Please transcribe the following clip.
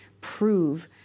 prove